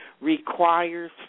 requires